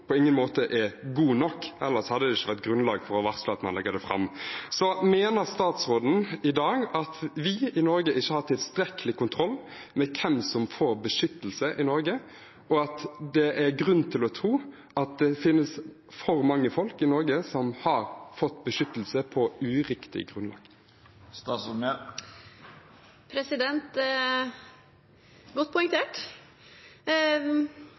på ingen måte er god nok, ellers hadde det ikke vært grunnlag for å varsle at man legger det fram. Mener statsråden i dag at vi i Norge ikke har tilstrekkelig kontroll med hvem som får beskyttelse i Norge, og at det er grunn til å tro at det finnes for mange folk i Norge som har fått beskyttelse på uriktig grunnlag? Godt poengtert! Representanten vet nok like godt